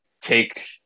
take